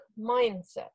mindset